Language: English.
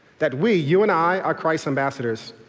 that we, you and i are christ's ambassadors.